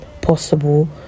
possible